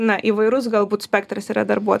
na įvairus galbūt spektras yra darbuot